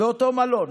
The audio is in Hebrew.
באותו מלון.